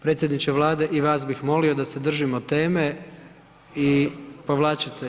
Predsjedniče Vlade i vas bih molio da se držimo teme i povlačite.